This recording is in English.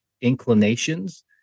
inclinations